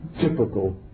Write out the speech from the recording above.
typical